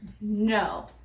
no